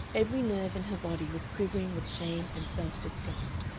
every nerve in her body was quivering with shame and self-disgust.